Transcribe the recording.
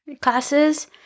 classes